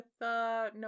no